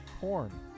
Porn